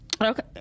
Okay